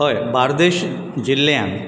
हय बार्देस जिल्यांत